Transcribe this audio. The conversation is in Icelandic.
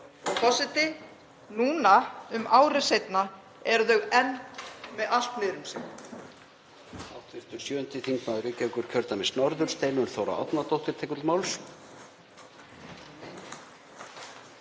Forseti. Núna, um ári seinna, eru þau enn með allt niður um sig.